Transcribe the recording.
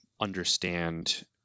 understand